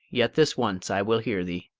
yet this once i will hear thee.